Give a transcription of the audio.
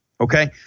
Okay